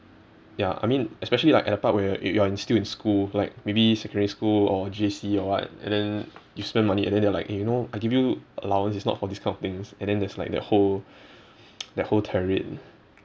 ya I mean especially like at the part where you you are still in school like maybe secondary school or J_C or what and then you spend money and then they're like eh you know I give you allowance it's not for these kind of things and then there's like that whole that whole tirade